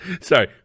Sorry